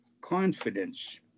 confidence